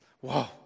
Whoa